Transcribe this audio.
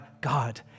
God